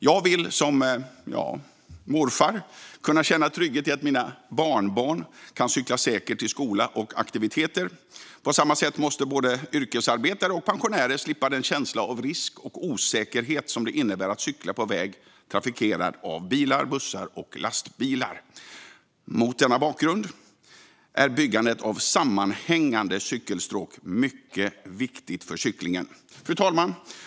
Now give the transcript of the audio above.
Jag vill som morfar kunna känna trygghet i att mina barnbarn kan cykla säkert till skola och aktiviteter. På samma sätt måste både yrkesarbetare och pensionärer slippa den känsla av risk och osäkerhet som det innebär att cykla på en väg trafikerad av bilar, bussar och lastbilar. Mot denna bakgrund är byggandet av sammanhängande cykelstråk mycket viktigt för cyklingen. Fru talman!